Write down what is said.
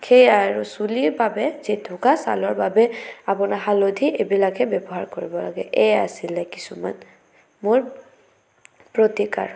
সেইয়া আৰু চুলিৰ বাবে জেতুকা ছালৰ বাবে আপোনাৰ হালধি এই বিলাকে ব্যৱহাৰ কৰিব লাগে এয়াই আছিলে কিছুমান মোৰ প্ৰতিকাৰ